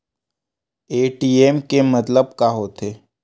ATM के मतलब का होथे?